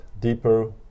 deeper